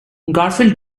garfield